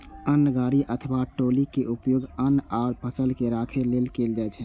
अन्न गाड़ी अथवा ट्रॉली के उपयोग अन्न आ फसल के राखै लेल कैल जाइ छै